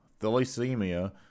thalassemia